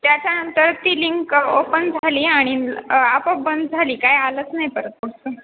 त्याच्यानंतर ती link open झाली आणि आपोआप बंद झाली काय आलंच नाही परत पुढचं